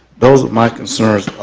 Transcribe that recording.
those are my concerns,